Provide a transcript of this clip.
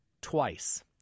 Twice